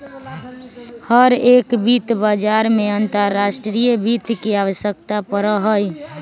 हर एक वित्त बाजार में अंतर्राष्ट्रीय वित्त के आवश्यकता पड़ा हई